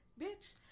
bitch